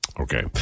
Okay